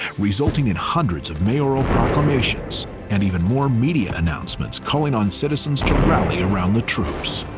resulting in hundreds of mayoral proclamations and even more media announcements calling on citizens to rally around the troops.